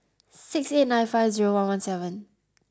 six eight nine five zero one one seven